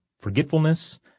Forgetfulness